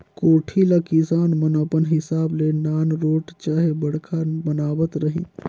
कोठी ल किसान मन अपन हिसाब ले नानरोट चहे बड़खा बनावत रहिन